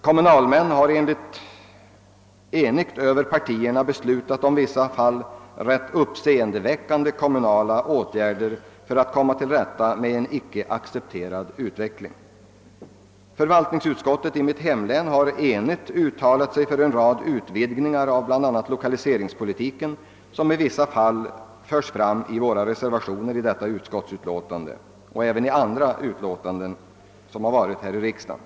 Kommunalmän har enigt och över partigränserna i vissa fall beslutat om ganska uppseendeväckande kommunala åtgärder för att komma till rätta med en utveckling som inte ansetts acceptabel. Förvaltningsutskottet i mitt hemlän har t.ex. enigt uttalat sig för en rad utvidgningar av bl.a. lokaliseringspolitiken. Samma frågor har vi fört fram i våra reservationer till föreliggande utskottsutlåtande och i andra utlåtanden som behandlas här i riksdagen.